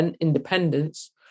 independence